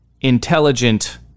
intelligent